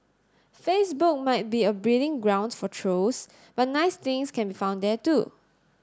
Facebook might be a breeding ground for trolls but nice things can be found there too